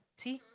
see